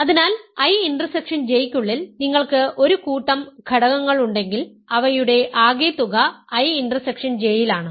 അതിനാൽ I intersection J യ്ക്കുള്ളിൽ നിങ്ങൾക്ക് ഒരു കൂട്ടം ഘടകങ്ങൾ ഉണ്ടെങ്കിൽ അവയുടെ ആകെത്തുക I ഇന്റർസെക്ഷൻ J യിലാണ്